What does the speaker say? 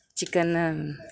chicken